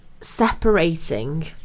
separating